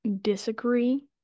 disagree